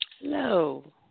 Hello